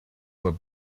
were